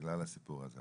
בגלל הסיפור הזה.